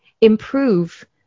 improve